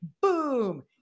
boom